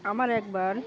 আমার একবার